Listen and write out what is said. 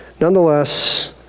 nonetheless